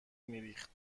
میریخت